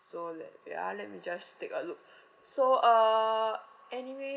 so le~ wait ah let me just take a look so uh anyways